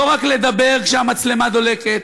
לא רק לדבר כשהמצלמה דולקת,